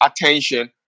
attention